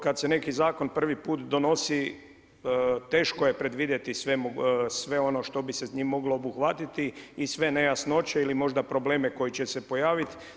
Kada se neki zakon prvi put donosi teško je predvidjeti sve ono što bi se s njim moglo obuhvatiti i sve nejasnoće ili možda probleme koji će se pojaviti.